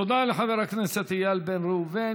תודה לחבר הכנסת איל בן ראובן.